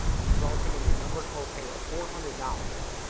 resulting in a member copay of four hundred dollars,